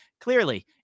clearly